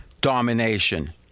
domination